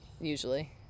Usually